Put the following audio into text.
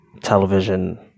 television